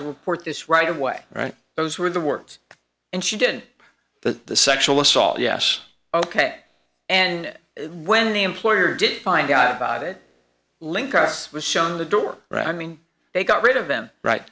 to report this right of way right those were the words and she did the sexual assault yes ok and when the employer didn't find out about it link us was shown the door right i mean they got rid of them right